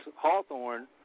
Hawthorne